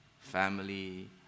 family